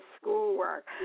schoolwork